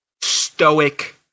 stoic